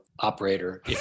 operator